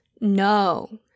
No